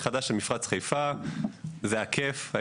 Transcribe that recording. לתכנן מחדש את מפרץ חיפה זה הכיף.